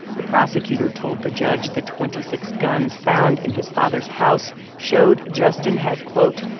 the prosecutor told the judge the twenty six guns found in his father's house showed justin had, quote,